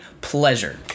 pleasure